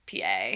PA